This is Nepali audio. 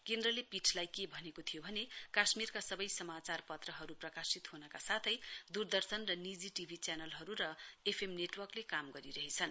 केन्द्रले पीठलाई के भनेको थियो भने काश्मीरका सबै समाचारपत्रहरू प्रकाशित हुनका साथै दूरदर्शन र निजी टी भी च्यानलहरू र एफएम नेटवर्कले काम गरिरहेछन्